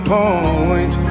point